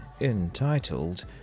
entitled